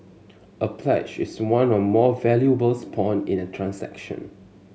a pledge is one or more valuables pawned in a transaction